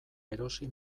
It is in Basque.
erosi